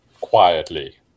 quietly